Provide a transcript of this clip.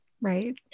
Right